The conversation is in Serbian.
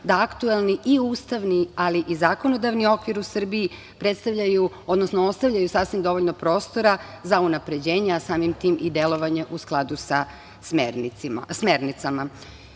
da aktuelni i ustavni, ali i zakonodavni okvir u Srbiji predstavljaju, odnosno ostavljaju sasvim dovoljno prostora za unapređenje, a samim tim i delovanje u skladu sa smernicama. Kao